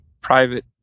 private